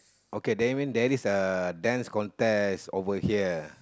okay that mean there is a Dance Contest over here